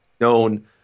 known